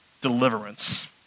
deliverance